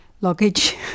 Luggage